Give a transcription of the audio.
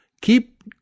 Keep